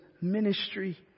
ministry